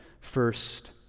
first